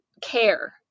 care